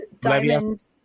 diamond